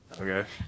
Okay